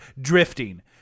drifting